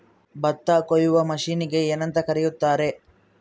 ಭತ್ತ ಕೊಯ್ಯುವ ಮಿಷನ್ನಿಗೆ ಏನಂತ ಕರೆಯುತ್ತಾರೆ?